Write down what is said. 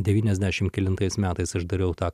devyniasdešim kelintais metais aš dariau tą